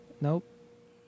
Nope